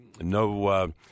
no